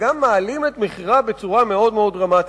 וגם מעלים את מחירה בצורה מאוד דרמטית.